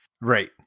Right